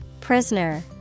prisoner